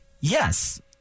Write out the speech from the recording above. Yes